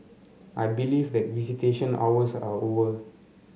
I believe that visitation hours are over